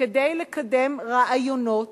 כדי לקדם רעיונות